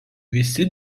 visi